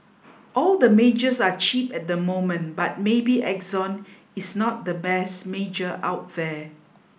all the majors are cheap at the moment but maybe Exxon is not the best major out there